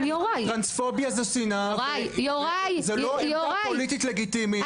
טרנספוביה זו שנאה, זו לא עמדה פוליטית לגיטימית.